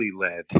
led